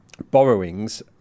Borrowings